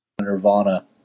Nirvana